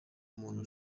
umuntu